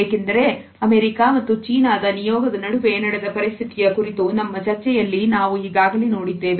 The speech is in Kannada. ಏಕೆಂದರೆ ಅಮೆರಿಕ ಮತ್ತು ಚೀನಾದ ನಿಯೋಗದ ನಡುವೆ ನಡೆದ ಪರಿಸ್ಥಿತಿಯ ಕುರಿತು ನಮ್ಮ ಚರ್ಚೆಯಲ್ಲಿ ನಾವು ಈಗಾಗಲೇ ನೋಡಿದ್ದೇವೆ